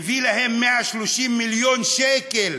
מביא להם 130 מיליון שקל.